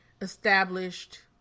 established